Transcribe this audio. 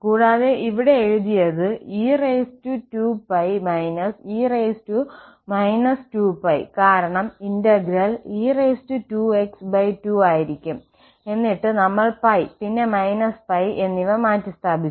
കൂടാതെ ഇവിടെ എഴുതിയത്e2π e 2π 4π കാരണം ഇന്റഗ്രൽ e2x2 ആയിരിക്കും എന്നിട്ട് നമ്മൾ π പിന്നെ −π എന്നിവ മാറ്റിസ്ഥാപിച്ചു